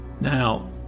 Now